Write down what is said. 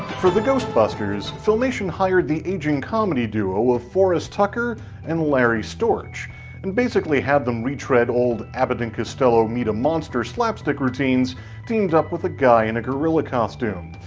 for the ghost busters, filmation hired the aging comedy duo of forrest tucker and larry storch and basically had them retread old abbot and costello meet-a-monster slapstick routines teamed up with a guy in a gorilla costume.